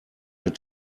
mit